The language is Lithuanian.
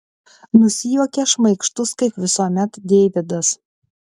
nusijuokia šmaikštus kaip visuomet deividas